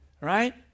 right